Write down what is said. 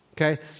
Okay